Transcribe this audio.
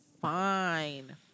fine